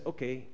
Okay